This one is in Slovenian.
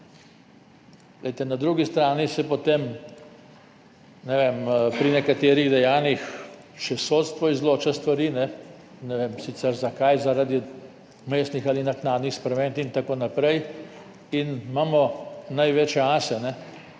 Na drugi strani potem, ne vem, pri nekaterih dejanjih še sodstvo izloča stvari, ne vem sicer zakaj, zaradi vmesnih ali naknadnih sprememb in tako naprej, in imamo največje ase